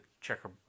checker